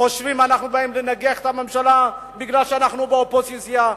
חושבים שאנחנו באים לנגח את הממשלה כי אנחנו באופוזיציה.